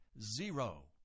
zero